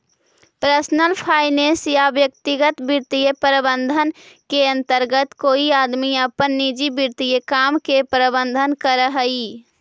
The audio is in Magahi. पर्सनल फाइनेंस या व्यक्तिगत वित्तीय प्रबंधन के अंतर्गत कोई आदमी अपन निजी वित्तीय काम के प्रबंधन करऽ हई